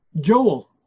Joel